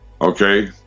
Okay